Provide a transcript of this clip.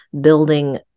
building